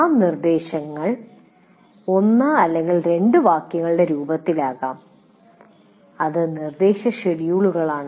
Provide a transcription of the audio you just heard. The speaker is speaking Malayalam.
ആ നിർദ്ദേശങ്ങൾ 1 അല്ലെങ്കിൽ 2 വാക്യങ്ങളുടെ രൂപത്തിലാകാം ഇത് നിർദ്ദേശ ഷെഡ്യൂളാണ്